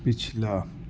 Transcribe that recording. پچھلا